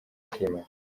akimara